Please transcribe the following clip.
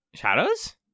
Shadows